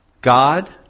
God